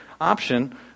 option